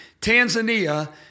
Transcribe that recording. Tanzania